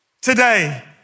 today